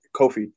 Kofi